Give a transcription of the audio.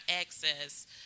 access